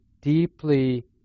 deeply